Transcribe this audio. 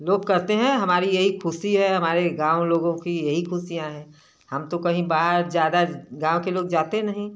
लोग कहते हैं हमारी यही खुशी है हमारे गाँव लोगों की यही खुशियाँ हैं हम तो कहीं बाहर ज़्यादा गाँव के लोग जाते नहीं